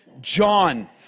John